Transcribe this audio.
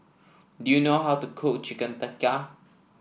do you know how to cook Chicken Tikka